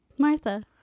Martha